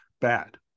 bad